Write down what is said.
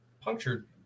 punctured